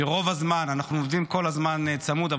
אנחנו עובדים כל הזמן צמוד,